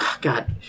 God